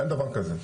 אין דבר הזה.